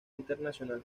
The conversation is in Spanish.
internacional